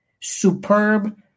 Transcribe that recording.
superb